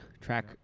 Track